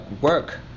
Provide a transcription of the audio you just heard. work